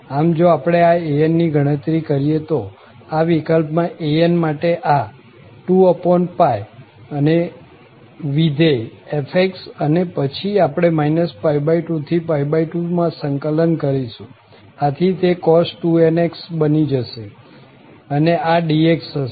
આમ જો આપણે આ an ની ગણતરી કરીએ તો આ વિકલ્પમાં an માટે આ 2 અને વિધેય f અને પછી આપણે 2 થી 2 માં સંકલન કરીશું આથી તે cos 2nx બની જશે અને આ dx હશે